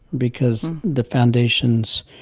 because the foundations